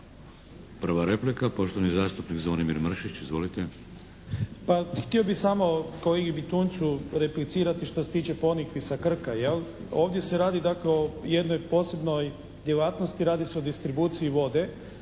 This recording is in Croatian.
Prva replika poštovani zastupnik Zvonimir Mršić. Izvolite. **Mršić, Zvonimir (SDP)** Pa htio bih samo kolegi Bitunjcu replicirati što se tiče Ponikvi sa Krka jel'? Ovdje se radi dakle o jednoj posebnoj djelatnosti. Radi se o distribuciji vode